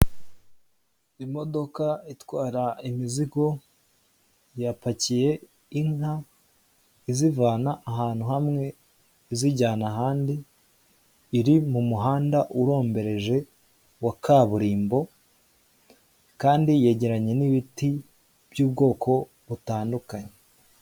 Imodoka itwara imiziga yapakiye inka izivana ahantu hamwe izijyana ahandi iri mu muhanda uromberereje wa kaburimbo kandi yegeranye n'ibiti by'ubwoko butandukanye.